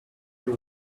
you